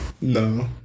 No